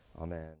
Amen